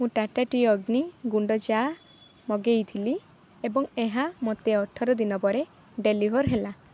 ମୁଁ ଟାଟା ଟି ଅଗ୍ନି ଗୁଣ୍ଡ ଚା ମଗାଇଥିଲି ଏବଂ ଏହା ମୋତେ ଅଠର ଦିନ ପରେ ଡେଲିଭର୍ ହେଲା